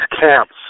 camps